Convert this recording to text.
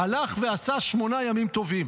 הלך ועשה שמונה ימים טובים.